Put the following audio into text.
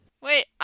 Wait